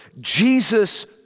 Jesus